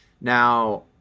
now